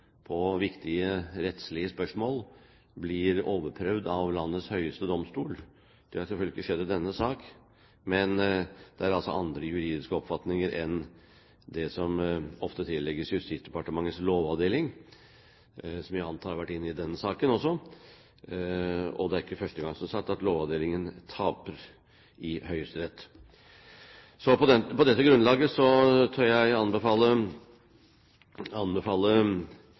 har selvfølgelig ikke skjedd i denne sak, men det er altså andre juridiske oppfatninger enn det som ofte tillegges Justisdepartementets lovavdeling – som jeg antar har vært inne i denne saken også. Og som sagt, er det ikke første gang lovavdelingen taper i Høyesterett. Så på dette grunnlaget tør jeg anbefale